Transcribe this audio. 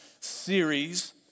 series